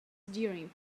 during